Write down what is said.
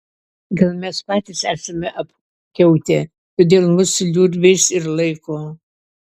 gal mes patys esame apkiautę todėl mus liurbiais ir laiko